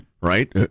Right